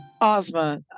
Ozma